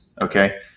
okay